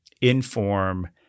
inform